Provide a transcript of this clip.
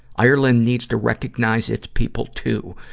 ireland needs to recognize its people, too,